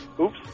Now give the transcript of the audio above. Oops